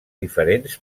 diferents